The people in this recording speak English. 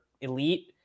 elite